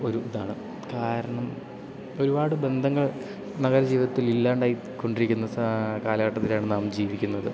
ഒരു ഇതാണ് കാരണം ഒരുപാട് ബന്ധങ്ങൾ നഗര ജീവിതത്തിൽ ഇല്ലാണ്ടായിക്കൊണ്ടിരിക്കുന്ന കാലഘട്ടത്തിലാണ് നാം ജീവിക്കുന്നത്